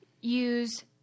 use